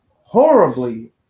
horribly